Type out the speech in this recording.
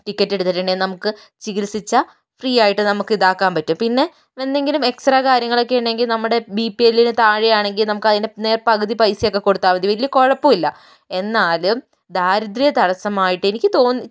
ടിക്കറ്റെടുത്തിട്ടുണ്ടെങ്കിൽ നമുക്ക് ചികിത്സിച്ച ഫ്രീയായിട്ട് നമുക്ക് ഇതാക്കാൻ പറ്റും പിന്നെ എന്തെങ്കിലും എക്സറെ കാര്യങ്ങളൊക്കെ ഉണ്ടെങ്കിൽ നമ്മുടെ ബി പി എല്ലിന് താഴെ ആണെങ്കിൽ നമുക്ക് അതിൻ്റെ നേർ പകുതി പൈസ ഒക്കെ കൊടുത്താൽ മതി വലിയ കുഴപ്പമില്ല എന്നാലും ദാരിദ്ര്യം തടസ്സമായിട്ട് എനിക്ക് തോന്നാ